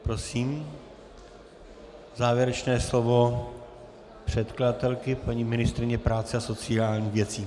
Prosím, závěrečné slovo předkladatelky, paní ministryně práce a sociálních věcí.